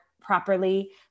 properly